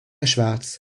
schwarz